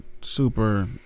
super